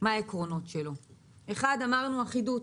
עיקרון אחד של המודל הוא אחידות.